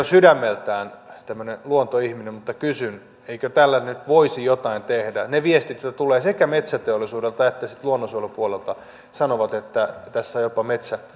sydämeltään tämmöinen luontoihminen mutta kysyn eikö tälle nyt voisi jotain tehdä ne viestit jotka tulevat sekä metsäteollisuudelta että sitten luonnonsuojelupuolelta sanovat että tässä on jopa